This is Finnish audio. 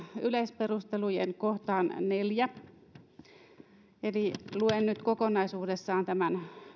yleisperusteluiden kohtaan neljännen luen nyt kokonaisuudessaan tämän